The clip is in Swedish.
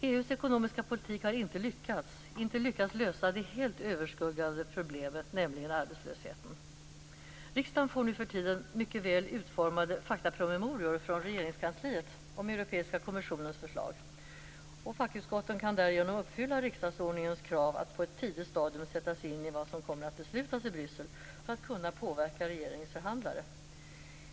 EU:s ekonomiska politik har inte lyckats lösa det helt överskuggande problemet, nämligen arbetslösheten. Riksdagen får nu för tiden mycket väl utformade faktapromemorior från Regeringskansliet om Europeiska kommissionens förslag. Fackutskotten kan därigenom uppfylla riksdagsordningens krav att på ett tidigt stadium sätta sig in i vad som kommer att beslutas i Bryssel för att kunna påverka regeringens förhandlare.